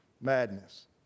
madness